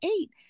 eight